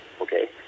okay